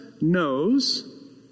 knows